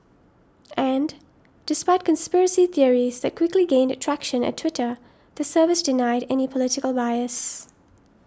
and despite conspiracy theories that quickly gained traction at Twitter the service denied any political bias